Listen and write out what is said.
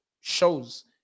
shows